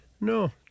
no